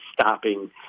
stopping